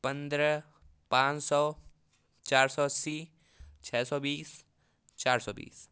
पंद्रह पाँच सौ चार सौ अस्सी छः सौ बीस चार सौ बीस